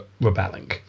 rebelling